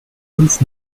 fünf